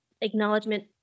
acknowledgement